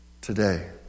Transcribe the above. today